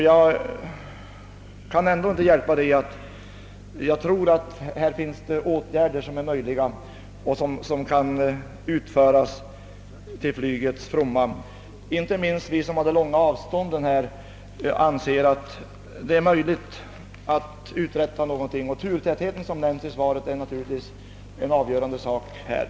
Jag kan ändå inte hjälpa att jag tror att det skulle kunna vidtagas åtgärder för flygets fromma. Inte minst vi som har långa avstånd anser att det borde vara möjligt att uträtta någonting. Såsom nämnts i svaret är turtätheten härvidlag av avgörande betydelse.